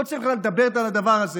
לא צריך בכלל להתלבט על הדבר הזה,